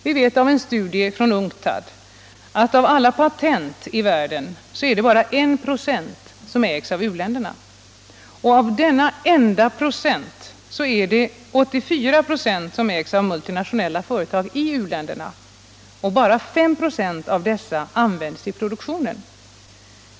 Vi vet av en studie från UNCTAD att av alla patent i världen är det bara 1 926 som ägs av u-länderna. Och av denna enda procent är det 84 26 som ägs av multinationella företag i u-länderna, och bara 5 26 av dessa används i produktionen.